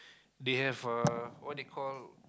they have a what they call